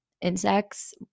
insects